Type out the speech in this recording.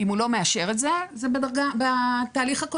אם הוא לא מאשר את זה, זה בתהליך הקודם.